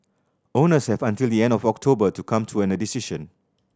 owners have until the end of October to come to a decision